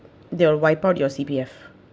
they'll wipe out your C_P_F